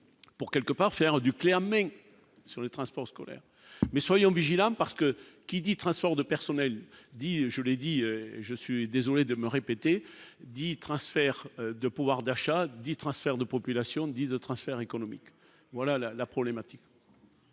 pour quelque part faire du clairement sur le transport scolaire, mais soyons vigilants parce que qui dit transport de personnel dit je l'ai dit, je suis désolé de me répéter, dit transfert de pouvoir d'achat des transferts de populations disent de affaires économiques voilà la la problématique.